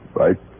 right